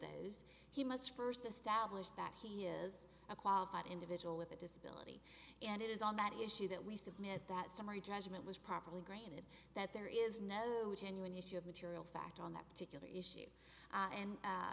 those he must first establish that he is a qualified individual with a disability and it is on that issue that we submit that summary judgment was properly granted that there is no genuine issue of material fact on that particular issue and